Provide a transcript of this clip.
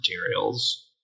materials